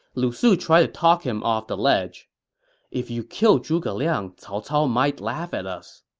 lu su tried to talk him off the ledge if you kill zhuge liang, cao cao might laugh at us,